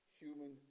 human